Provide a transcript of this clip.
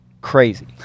crazy